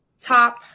top